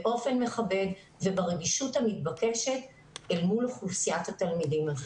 באופן מכבד וברגישות המתבקשת אל מול אוכלוסיית התלמידים הזאת.